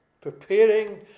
preparing